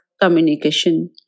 communication